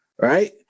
right